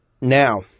now